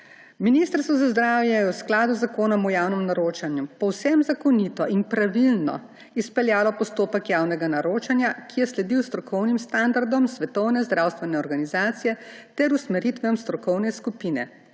Ministrstvo za zdravje je v skladu z Zakonom o javnem naročanju povsem zakonito in pravilno izpeljalo postopek javnega naročanja, ki je sledil strokovnim standardom Svetovne zdravstvene